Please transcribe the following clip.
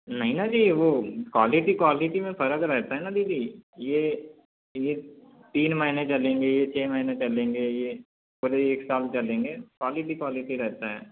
नहीं न जी वो क्वालिटी क्वालिटी में फ़र्क रहता है ना दीदी ये ये तीन महीने चलेंगे ये छे महीने चलेंगे ये पूरे एक साल चलेंगे क्वालिटी क्वालिटी रहता है